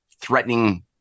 threatening